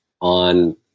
on